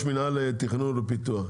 מינהל תכנון ופיתוח,